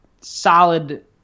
solid